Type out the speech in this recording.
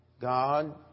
God